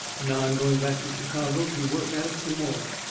and now i'm going back to chicago to work at it some more.